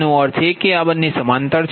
તેનો અર્થ એ કે આ બંને સમાંતર છે